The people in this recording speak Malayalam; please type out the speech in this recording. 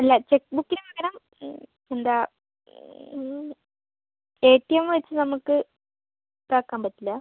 അല്ല ചെക്ക് ബുക്കിനു പകരം എന്താ എ ടി എം വച്ച് നമ്മൾക്ക് ഇതാക്കാൻ പറ്റില്ലേ